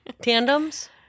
Tandems